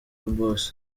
boss